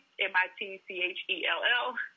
M-I-T-C-H-E-L-L